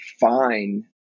fine